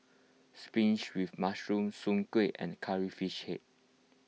spinach with mushroom Soon Kuih and Curry Fish Head